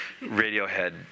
Radiohead